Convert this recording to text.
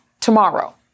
tomorrow